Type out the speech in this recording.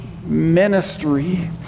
ministry